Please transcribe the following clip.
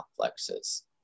complexes